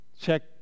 Check